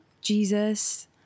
Jesus